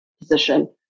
position